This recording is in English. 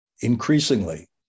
Increasingly